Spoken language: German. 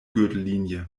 gürtellinie